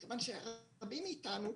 כיוון שרבים מאיתנו,